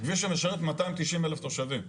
כביש שמשרת 290,000 תושבים.